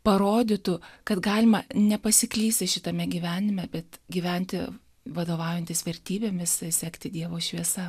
parodytų kad galima nepasiklysi šitame gyvenime bet gyventi vadovaujantis vertybėmis sekti dievo šviesa